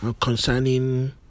concerning